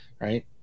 right